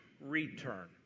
return